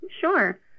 Sure